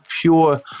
pure